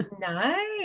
Nice